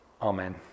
Amen